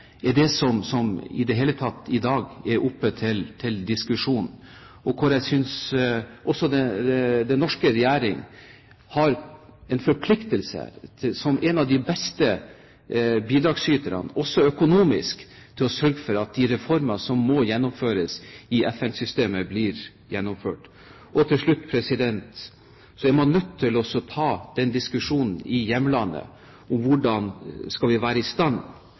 som i dag er oppe til diskusjon, og der synes jeg også den norske regjeringen har en forpliktelse, som en av de beste bidragsyterne, også økonomisk, til å sørge for at de reformer som må gjennomføres i FN-systemet, blir gjennomført. Til slutt: Man er nødt til å ta den diskusjonen i hjemlandet om hvordan vi skal være i stand